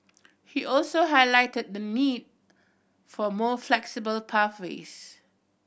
he also highlighted the need for more flexible pathways